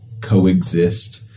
coexist